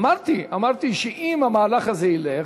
אמרתי שאם המהלך הזה ילך,